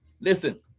Listen